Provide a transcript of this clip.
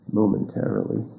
momentarily